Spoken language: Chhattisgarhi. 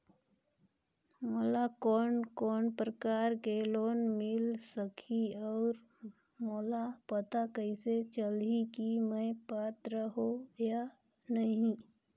मोला कोन कोन प्रकार के लोन मिल सकही और मोला पता कइसे चलही की मैं पात्र हों या नहीं?